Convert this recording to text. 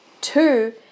Two